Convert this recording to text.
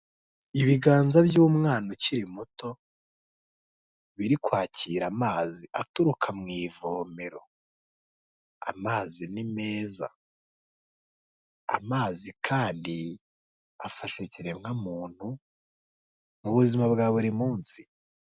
Ibiganza by'umwana ukiri muto, biri kwakira amazi aturuka mu ivomero. Amazi ni meza. Amazi kandi, afasha ikiremwamuntu mu buzima bwa buri munsi.